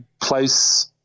place